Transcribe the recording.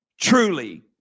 truly